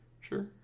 Sure